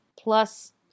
Plus